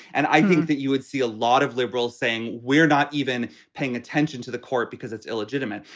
and i think that you would see a lot of liberals saying we're not even paying attention to the court because it's illegitimate.